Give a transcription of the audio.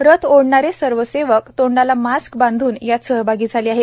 रथ ओढणारे सर्व सेवक तोंडाला मास्क बांधून यात सहभागी झाले आहेत